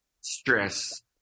stress